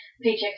paycheck